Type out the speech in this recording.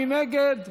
מי נגד?